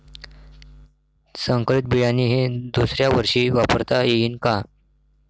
संकरीत बियाणे हे दुसऱ्यावर्षी वापरता येईन का?